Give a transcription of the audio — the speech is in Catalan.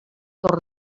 torn